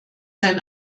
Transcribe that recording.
sein